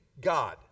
God